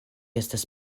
estas